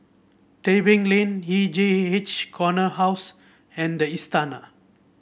Tebing Lane E J H Corner House and the Istana